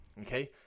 okay